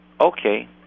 Okay